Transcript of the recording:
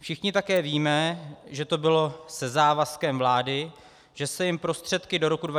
Všichni také víme, že to bylo se závazkem vlády, že se jim prostředky do roku 2014 vrátí.